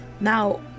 Now